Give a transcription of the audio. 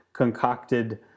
concocted